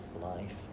life